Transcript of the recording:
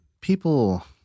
people